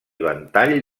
ventall